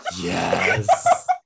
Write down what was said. Yes